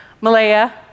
malaya